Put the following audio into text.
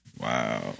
Wow